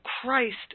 Christ